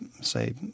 say